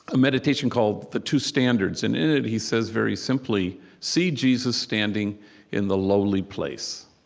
meditation called the two standards. and in it he says, very simply, see jesus standing in the lowly place.